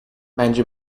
bence